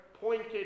pointed